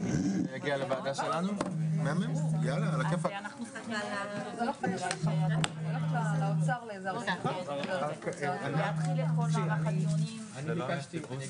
10:48.